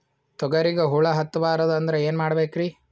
ತೊಗರಿಗ ಹುಳ ಹತ್ತಬಾರದು ಅಂದ್ರ ಏನ್ ಮಾಡಬೇಕ್ರಿ?